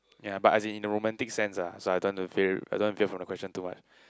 ya but as in a romantic sense ah so I don't want to veer I don't want to veer from the question too much